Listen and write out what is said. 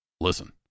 Listen